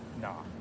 Nah